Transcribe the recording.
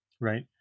right